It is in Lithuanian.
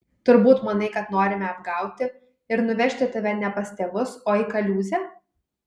turbūt manai kad norime apgauti ir nuvežti tave ne pas tėvus o į kaliūzę